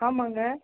ஆமாங்க